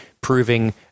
proving